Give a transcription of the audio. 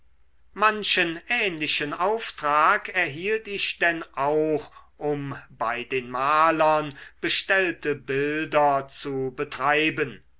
manchen ähnlichen auftrag erhielt ich denn auch um bei den malern bestellte bilder zu betreiben